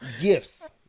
gifts